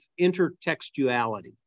intertextuality